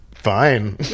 fine